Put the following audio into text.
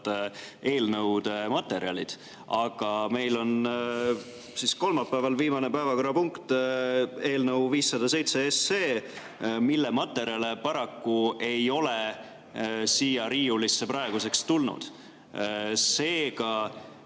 eelnõude materjalid. Aga meil on kolmapäeval viimane päevakorrapunkt eelnõu 507, mille materjale paraku ei ole siia riiulisse praeguseks tulnud. Kas